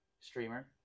streamer